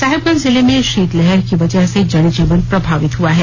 साहिबगंज जिले में शीतलहर की वजह से जनजीवन प्रभावित हुआ है